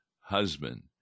husband